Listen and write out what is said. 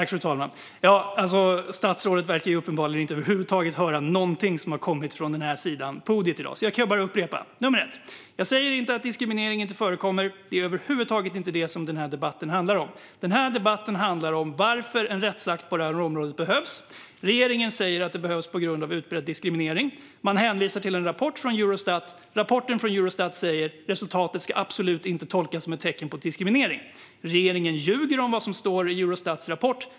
Fru talman! Statsrådet verkar över huvud taget inte höra något som kommer från denna sida framför podiet i dag. Jag kan bara upprepa det jag sa. Först och främst säger jag inte att diskriminering inte förekommer, men det är över huvud taget inte det som denna debatt handlar om. Den handlar om varför en rättsakt på detta område behövs. Regeringen säger att det behövs på grund av utbredd diskriminering, och man hänvisar till en rapport från Eurostat. Denna rapport säger att resultatet inte ska tolkas som ett tecken på diskriminering. Regeringen ljuger om vad som står i Eurostats rapport.